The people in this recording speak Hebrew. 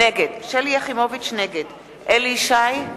נגד אליהו ישי,